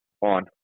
On